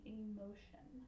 emotion